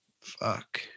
fuck